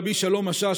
רבי שלום משאש,